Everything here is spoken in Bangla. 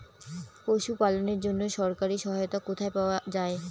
পশু পালনের জন্য সরকারি সহায়তা কোথায় পাওয়া যায়?